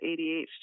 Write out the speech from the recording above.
adhd